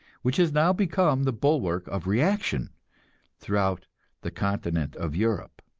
which has now become the bulwark of reaction throughout the continent of europe.